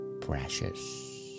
Precious